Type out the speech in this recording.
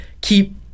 keep